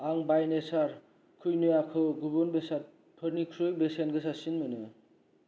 आं बाय नेचार कुइन'वाखौ गुबुन बेसादफोरनिख्रुइ बेसेन गोसासिन मोनो